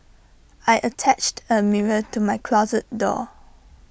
I attached A mirror to my closet door